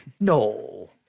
no